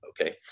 Okay